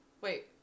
wait